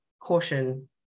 caution